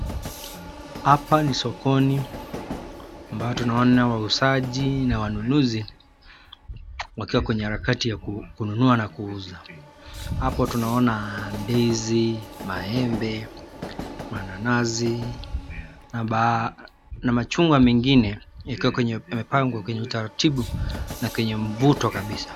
Hapa ni sokoni ambao tunaona wauzaji na wanunuzi wakiwa kwenye harakati ya kununua na kuuza. Hapo tunaona ndizi, maembe, mananazi na machungwa mengine yakiwa yamepangwa kwenye utaratibu na kwenye mvuto kabisa.